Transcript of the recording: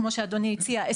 כמו שאדוני הציע,